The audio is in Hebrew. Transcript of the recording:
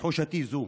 תחושתי זו.